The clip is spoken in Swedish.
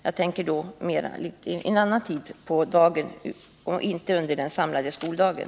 Jag tänker då på medverkan under annan tid än tiden under den samlade skoldagen.